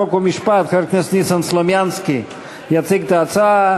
חוק ומשפט חבר הכנסת ניסן סלומינסקי יציג את ההצעה.